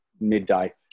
midday